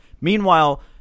Meanwhile